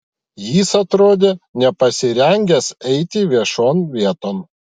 jis atrodė nepasirengęs eiti viešon vieton